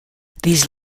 these